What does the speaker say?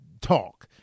talk